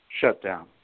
shutdown